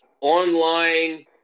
online